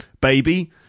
Baby